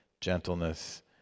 gentleness